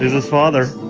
his father